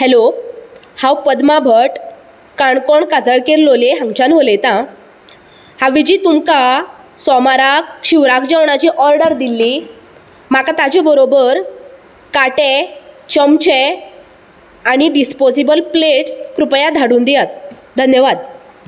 hello हांव पद्मा भट काणकोण काजळकेर लोलये हांगच्यान उलयता हांवे जी तुमकां सोमाराक शिवराक जेवणाची ऑर्डर दिल्ली म्हाका ताचे बरोबर काटे चमचे आनी डिस्पोजीबल प्लेट्स कृपया धाडून दियात धन्यवाद